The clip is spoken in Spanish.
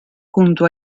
junto